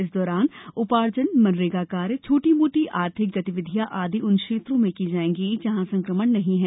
इस दौरान उपार्जन मनरेगा कार्य छोटी मोटी आर्थिक गतिविधियां आदि उन क्षेत्रों में की जाएंगी जहां संक्रमण नहीं है